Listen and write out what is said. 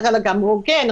לחלק אמרו כן,